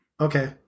Okay